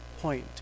point